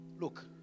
look